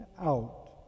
out